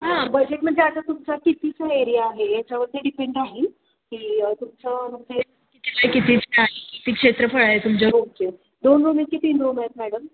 हां बजेट म्हणजे आता तुमचा कितीचा एरिया आहे याच्यावरती डिपेंड राहील की तुमचं म्हणजे किती बाय कितीचं आहे किती क्षेत्रफळ आहे तुमच्या रूमचे दोन रूम आहे की तीन रूम आहेत मॅडम